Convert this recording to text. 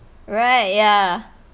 right ya